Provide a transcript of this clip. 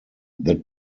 that